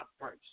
first